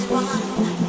one